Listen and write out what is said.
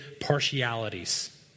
partialities